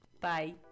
bye